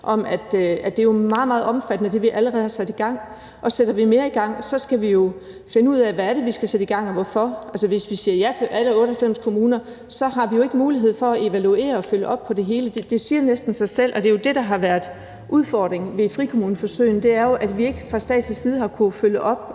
jo er meget, meget omfattende med det, vi allerede har sat i gang. Og sætter vi mere i gang, skal vi jo finde ud af, hvad det er, vi skal sætte i gang, og hvorfor? Altså, hvis vi siger ja til alle 98 kommuner, har vi jo ikke mulighed for at evaluere og følge op på det hele – det siger næsten sig selv – og det er jo det, der har været udfordringer ved frikommuneforsøgene, nemlig at vi ikke fra statslig side har kunnet følge det